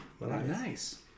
Nice